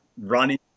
running